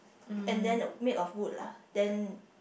and then made of wood lah then